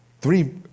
three